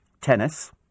tennis